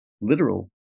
literal